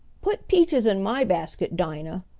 put peaches in my basket, dinah,